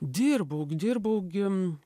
dirbau g dirbau gim